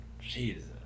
Jesus